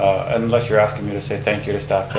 unless you're asking me to say thank you to staff.